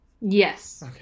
Yes